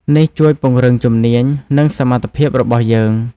នេះជួយពង្រឹងជំនាញ និងសមត្ថភាពរបស់យើង។